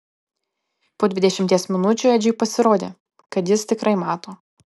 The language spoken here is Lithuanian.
po dvidešimties minučių edžiui pasirodė kad jis tikrai mato